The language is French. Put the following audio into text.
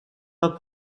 pas